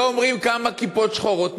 שלא אומרים כמה כיפות שחורות.